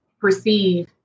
perceive